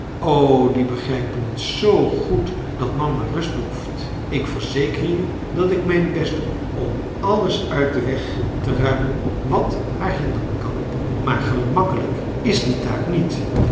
die begrijpen het zoo goed dat mama rust behoeft ik verzeker je dat ik mijn best doe om alles uit den weg te ruimen wat haar hinderen kan maar gemakkelijk is die taak niet